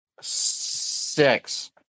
Six